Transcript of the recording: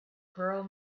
pearl